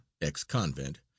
ex-convent